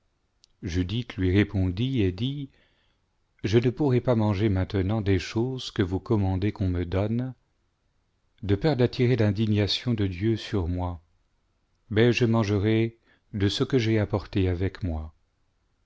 je dis lui répondit et dit je ne pourrai pas manger maintenant des choses que vous commandez qu'on me donne de peur d'attirer l'indignation le dieu sur moi mais je mangerai de ce que j'ai apporté avec moi